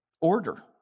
order